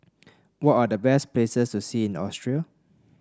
what are the best places to see in Austria